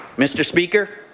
mr. speaker,